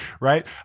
right